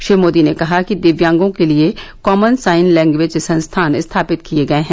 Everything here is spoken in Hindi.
श्री मोदी ने कहा कि दिव्यांगों के लिए कॉमन साइन लैंग्वेज संस्थान स्थापित किए गए हैं